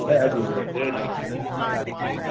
जय झूलेलाल जय झूले